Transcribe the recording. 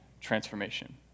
transformation